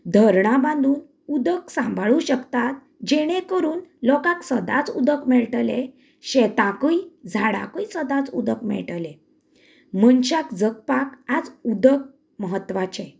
धरणां बांदून उदक सांबाळूंक शकतात जेणे करून लोकांक सदांच उदक मेळटले शेतांकूय झाडांकूय सदांच उदक मेळटले मनशाक जगपाक आज उदक म्हत्वाचे